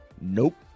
Nope